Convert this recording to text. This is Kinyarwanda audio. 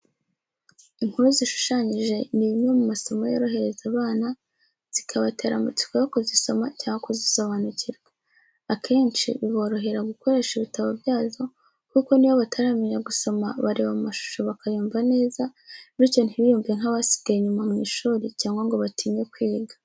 Inkuru zishushanyije, ni bimwe mu masomo yorohereza abana, zikabatera amatsiko yo kuzisoma cyangwa kuzisobanukirwa. Akenshi biborohera gukoresha ibitabo byazo kuko n’iyo bataramenya gusoma, bareba amashusho bakayumva neza, bityo ntibiyumve nk’abasigaye inyuma mu ishuri cyangwa ngo batinye kwiga.